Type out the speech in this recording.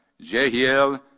Jehiel